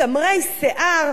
מסמרי שיער,